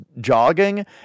jogging